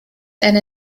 and